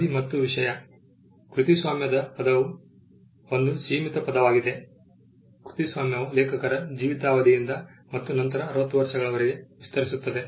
ಅವಧಿ ಮತ್ತು ವಿಷಯ ಕೃತಿಸ್ವಾಮ್ಯದ ಪದವು ಒಂದು ಸೀಮಿತ ಪದವಾಗಿದೆ ಕೃತಿಸ್ವಾಮ್ಯವು ಲೇಖಕರ ಜೀವಿತ ಅವಧಿಯಿಂದ ಮತ್ತು ನಂತರ 60 ವರ್ಷಗಳವರೆಗೆ ವಿಸ್ತರಿಸುತ್ತದೆ